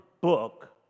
book